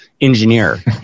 engineer